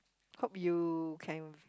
hope you can